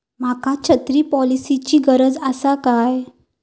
माका छत्री पॉलिसिची गरज आसा काय?